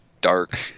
dark